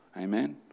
Amen